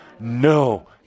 No